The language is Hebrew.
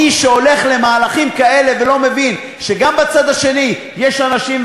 מי שהולך למהלכים כאלה ולא מבין שגם בצד השני יש אנשים,